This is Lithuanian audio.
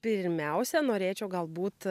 pirmiausia norėčiau galbūt